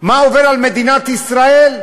מה עובר על מדינת ישראל,